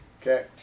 Okay